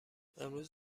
امروز